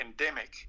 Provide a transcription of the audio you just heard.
endemic